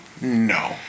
No